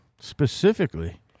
Specifically